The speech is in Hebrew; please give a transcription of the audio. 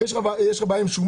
יש לך בעיה עם שומה?